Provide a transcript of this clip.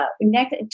next